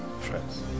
Friends